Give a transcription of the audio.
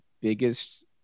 biggest